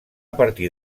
partir